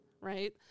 right